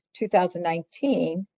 2019